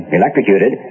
electrocuted